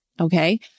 okay